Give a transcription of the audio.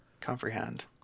comprehend